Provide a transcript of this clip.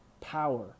power